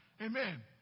Amen